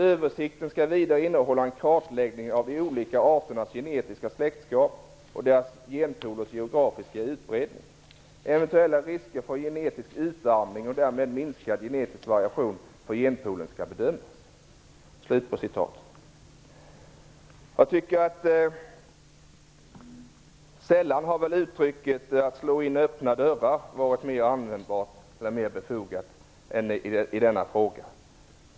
- Översikten skall vidare innehålla en kartläggning av de olika arternas genetiska släktskap och dessa genpoolers geografiska utbredning. Eventuella risker för genetisk utarmning och därmed minskad genetisk variation för genpoolen skall bedömas." Jag tycker att sällan har väl uttrycket att slå in öppna dörrar varit mer befogat än i denna fråga.